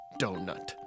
Donut